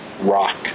rock